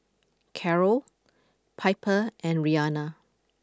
Carrol Piper and Rianna